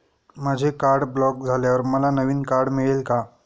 माझे card block झाल्यावर मला नवीन कार्ड मिळेल का?